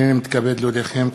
הנני מתכבד להודיעכם,